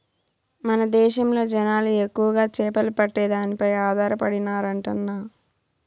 మన దేశంలో జనాలు ఎక్కువగా చేపలు పట్టే దానిపై ఆధారపడినారంటన్నా